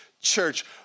church